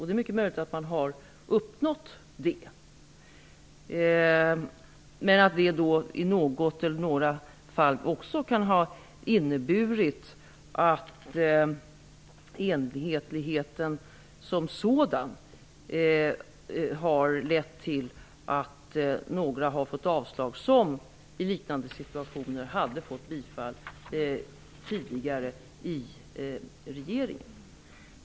Det är mycket möjligt att sådan har uppnåtts, men enhetligheten som sådan kan i något eller några fall också ha inneburit att några har fått avslag som i liknande situationer tidigare hade fått bifall av regeringen.